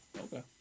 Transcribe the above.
Okay